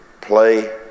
play